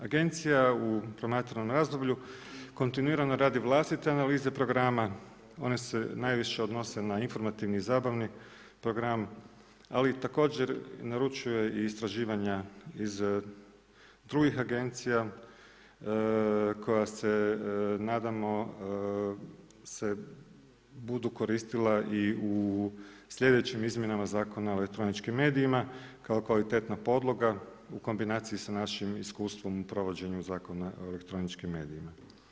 Agencija u promatranom razdoblju kontinuirano radi vlastite analize programa, one se najviše odnose na informativni, zabavni program, ali također naručuje istraživanja iz drugih agencija koja se nadamo budu se koristila u sljedećim izmjenama Zakona o elektroničkim medijima kao kvalitetna podloga u kombinaciji sa našim iskustvom u provođenju Zakona o elektroničkim medijima.